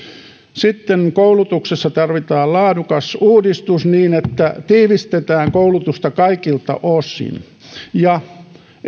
sitten koulutuksessa tarvitaan laadukas uudistus niin että tiivistetään koulutusta kaikilta osin ja